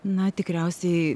na tikriausiai